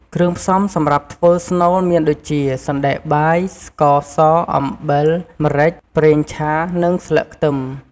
គ្រឿងផ្សំសម្រាប់ធ្វើស្នូលមានដូចជា សណ្តែកបាយ ស្ករសអំបិល ម្រេច ប្រេងឆា និងស្លឹកខ្ទឹម។